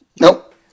Nope